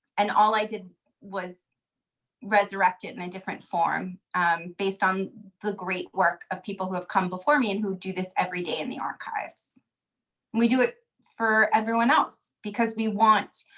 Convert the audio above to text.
and all i did was resurrect it in a different form um based on the great work of people who have come before me and we do this every day in the archives and we do it for everyone else because we want